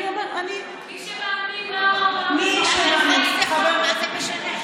אני, מי שמאמין לא, חוק זה חוק,